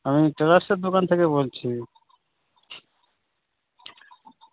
আমি ট্রেলার্সের দোকান থেকে বলছি